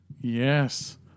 yes